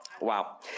Wow